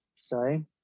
sorry